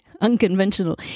unconventional